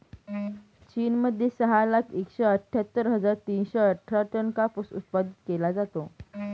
चीन मध्ये सहा लाख एकशे अठ्ठ्यातर हजार तीनशे अठरा टन कापूस उत्पादित केला जातो